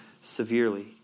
severely